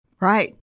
Right